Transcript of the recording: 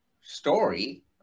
story